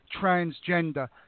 transgender